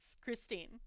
Christine